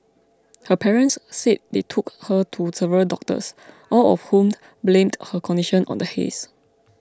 her parents said they took her to several doctors all of whom blamed her condition on the haze